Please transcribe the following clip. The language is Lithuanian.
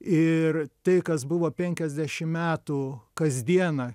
ir tai kas buvo penkiasdešim metų kasdieną